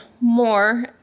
more